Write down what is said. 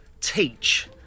teach